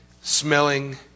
smelling